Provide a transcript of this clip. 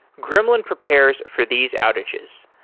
gremlin prepares for these outages.